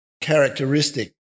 characteristic